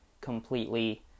completely